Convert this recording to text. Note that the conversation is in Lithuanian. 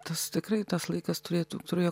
tas tikrai tas laikas turėtų turėjo